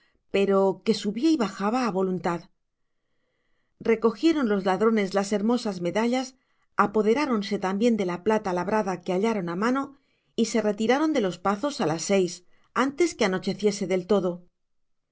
pero que subía y bajaba a voluntad recogieron los ladrones las hermosas medallas apoderáronse también de la plata labrada que hallaron a mano y se retiraron de los pazos a las seis antes que anocheciese del todo